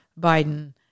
Biden